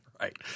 Right